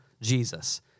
Jesus